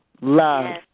love